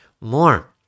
more